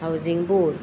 housing board